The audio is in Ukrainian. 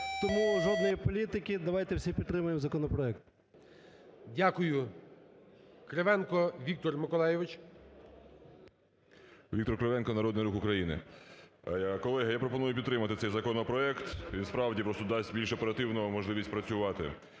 Тому жодної політики, давайте всі підтримаємо законопроект. ГОЛОВУЮЧИЙ. Дякую. Кривенко Віктор Миколайович. 13:39:03 КРИВЕНКО В.М. Віктор Кривенко, Народний Рух України. Колеги, я пропоную підтримати цей законопроект, він, справді, просто дасть більш оперативно можливість працювати.